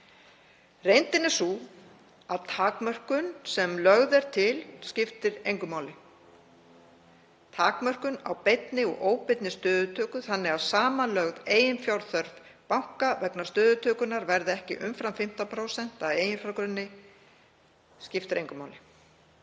Reyndin er sú að takmörkun sem lögð er til skiptir engu máli. Takmörkun á beinni og óbeinni stöðutöku þannig að samanlögð eiginfjárþörf banka vegna stöðutökunnar verði ekki umfram 15% af eiginfjárgrunni skiptir engu máli.